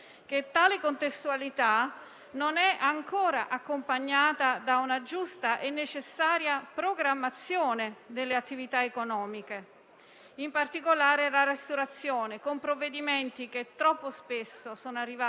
in particolare la ristorazione, con provvedimenti che troppo spesso sono arrivati tardi, impedendo alle attività economiche, in particolare ai bar e alla ristorazione, la giusta programmazione.